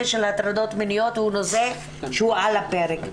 של הטרדות מיניות הוא נושא שעל הפרק.